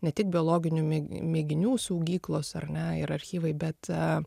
ne tik biologinių mėginių saugyklos ar ne ir archyvai bet